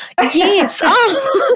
Yes